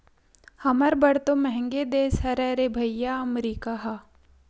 हमर बर तो मंहगे देश हरे रे भइया अमरीका ह